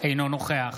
אינו נוכח